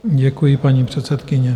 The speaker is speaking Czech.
Děkuji, paní předsedkyně.